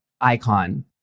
icon